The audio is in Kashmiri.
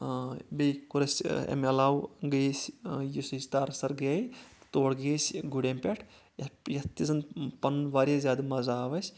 بیٚیہِ کوٚر اَسہِ اَمہِ علاوٕ گٔے أسۍ یُس أسۍ تارسر گٔیے تور گٔے أسۍ گُرٮ۪ن پٮ۪ٹھ یَتھ تہِ زن پنُن واریاہ زیٛادٕ مَزٕ آو اَسہِ